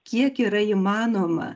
kiek yra įmanoma